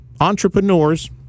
entrepreneurs